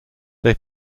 they